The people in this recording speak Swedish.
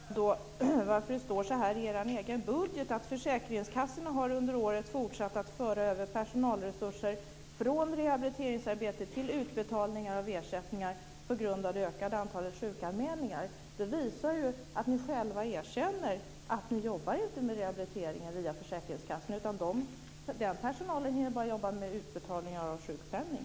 Fru talman! Jag undrar bara varför det står i er egen budget att försäkringskassorna under året har fortsatt att föra över personalresurser från rehabiliteringsarbetet till utbetalningar av ersättningar på grund av det ökade antalet sjukanmälningar. Det visar att ni själva erkänner att ni inte jobbar med rehabiliteringen via försäkringskassan. Den personalen hinner bara jobba med utbetalningar av sjukpenning.